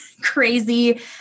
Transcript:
crazy